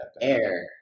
Air